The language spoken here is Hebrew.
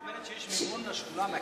את אומרת שיש מימון לשדולה מהכנסת?